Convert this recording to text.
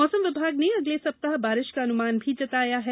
मौसम विभाग ने अगले सप्ताह बारिश का अनुमान भी जताया है